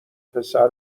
پسر